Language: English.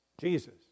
Jesus